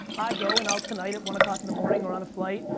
i go and i'll tonight at one o'clock in the morning or on a flight,